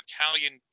Italian